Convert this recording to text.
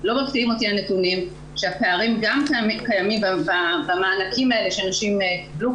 לא מפתיעים אותי הנתונים שהפערים קיימים גם במענקים שהנשים קיבלו,